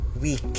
weak